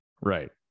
Right